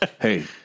Hey